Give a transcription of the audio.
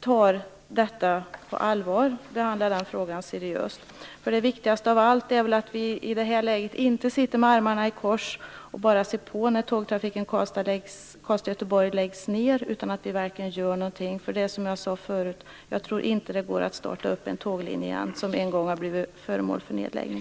tar detta på allvar och behandlar frågan seriöst. Det viktigaste av allt är att vi i detta läge inte sitter med armarna i kors och bara ser på när tågtrafiken Karlstad-Göteborg läggs ned, utan att vi verkligen gör någonting. Som jag sade förut tror jag inte att det går att starta om en tåglinje som en gång har blivit föremål för nedläggning.